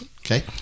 Okay